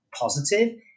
positive